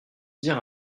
dire